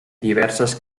diverses